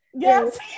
Yes